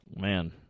Man